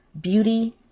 beauty